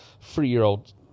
three-year-old